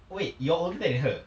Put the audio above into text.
oh wait you're older than her